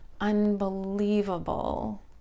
unbelievable